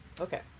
Okay